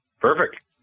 Perfect